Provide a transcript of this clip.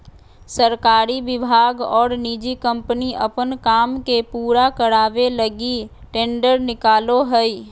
सरकारी विभाग और निजी कम्पनी अपन काम के पूरा करावे लगी टेंडर निकालो हइ